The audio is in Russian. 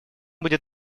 будет